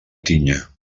tinya